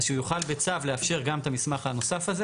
אז שהוא יוכל בצו לאפשר גם את המסמך הנוסף הזה